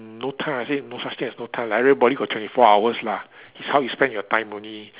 no time I say no such thing as no time time everybody got twenty four hours lah it's how you spend your time only